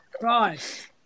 Right